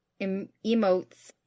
emotes